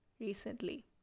recently